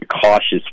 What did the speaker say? cautious